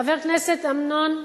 חבר הכנסת אמנון כהן,